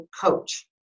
coach